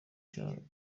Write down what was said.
cy’amashuri